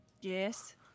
yes